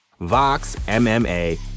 VOXMMA